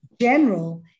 general